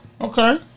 okay